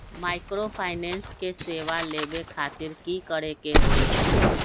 Microfinance के सेवा लेबे खातीर की करे के होई?